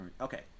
Okay